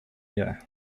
year